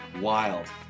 Wild